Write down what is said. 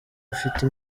afite